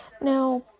Now